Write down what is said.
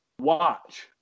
watch